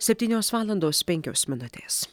septynios valandos penkios minutės